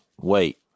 wait